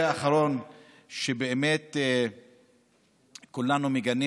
שבאמת כולנו מגנים,